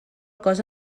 cosa